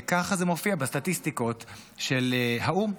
וככה זה מופיע בסטטיסטיקות של האו"ם.